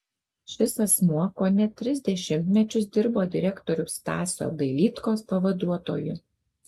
šis asmuo kone tris dešimtmečius dirbo direktoriaus stasio dailydkos pavaduotoju